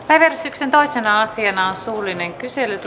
päiväjärjestyksen toisena asiana on suullinen kyselytunti pyydän